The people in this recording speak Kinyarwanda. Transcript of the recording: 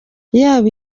yaba